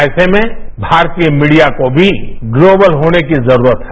ऐसे में भारतीय मीडियाको भी ग्लोबल होने की जरूरत है